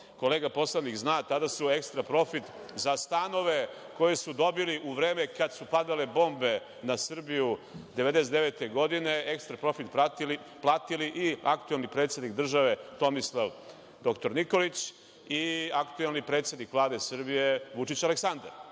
kolega poslanik zna, tada su ekstra profit za stanove koje su dobili u vreme kada su padale bombe na Srbiju 1999. godine, ekstra profit platili i aktuelni predsednik države Tomislav, doktor Nikolić i aktuelni predsednik Vlade Srbije Vučić Aleksandar.